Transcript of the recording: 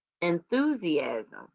enthusiasm